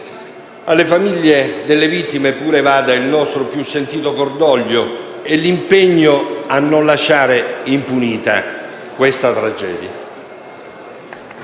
Alle famiglie delle vittime va il nostro più sentito cordoglio e l'impegno a non lasciare impunita questa tragedia.